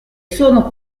sono